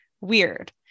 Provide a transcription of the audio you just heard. weird